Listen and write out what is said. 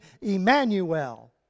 Emmanuel